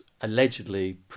allegedly